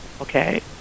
okay